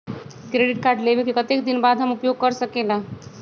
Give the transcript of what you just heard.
Credit card लेबे के कतेक दिन बाद हम उपयोग कर सकेला?